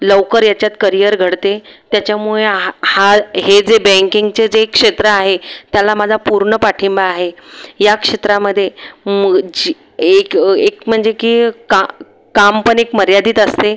लवकर याच्यात करियर घडते त्याच्यामुळे हा हा हे जे बँकिंगचे जे क्षेत्र आहे त्याला माझा पूर्ण पाठिंबा आहे या क्षेत्रामधे मु झी एक एक म्हणजे की का कामपण एक मर्यादित असते